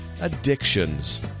addictions